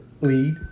lead